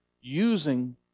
using